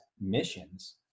missions